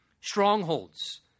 strongholds